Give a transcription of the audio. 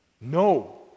No